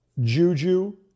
Juju